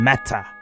Matter